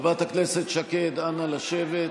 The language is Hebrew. חברת הכנסת שקד, אנא לשבת.